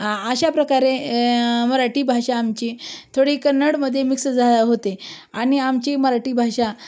अशा प्रकारे मराठी भाषा आमची थोडी कन्नडमध्ये मिक्स झाले होते आणि आमची मराठी भाषा